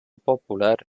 popular